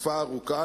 תקופה ארוכה.